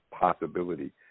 possibility